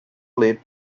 late